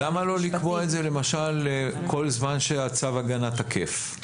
למה לא לקבוע את זה למשל, כל זמן שצו ההגנה תקף?